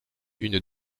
une